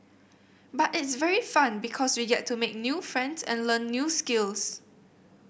but it's very fun because we get to make new friends and learn new skills